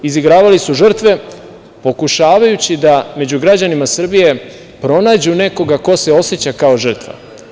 Izigravali su žrtve, pokušavajući da među građanima Srbije pronađu nekoga ko se oseća kao žrtva.